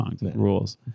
rules